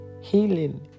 healing